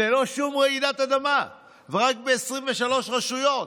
ללא שום רעידת אדמה, ורק ב-23 רשויות.